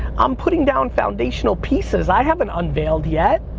i'm putting down foundational pieces, i haven't unveiled yet.